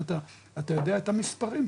אתה יודע את המספרים,